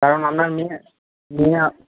কারণ আপনার মেয়ে মেয়ে